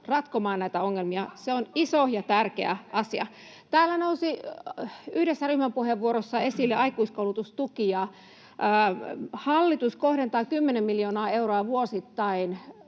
ratkomaan mielenterveysongelmia. Se on iso ja tärkeä asia. Täällä nousi yhdessä ryhmäpuheenvuorossa esille aikuiskoulutustuki. Hallitus kohdentaa kymmenen miljoonaa euroa vuosittain